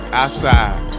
outside